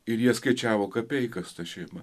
ir jie skaičiavo kapeikas ta šeima